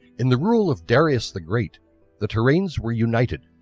in the rule of darius the great the terrains were united,